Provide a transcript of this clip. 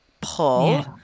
pull